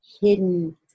hidden